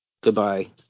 Goodbye